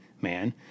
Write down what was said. man